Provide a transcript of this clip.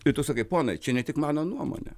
tai tu sakai ponai čia ne tik mano nuomonė